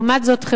ולעומת זאת,